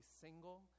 single